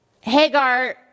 Hagar